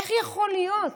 איך יכול להיות?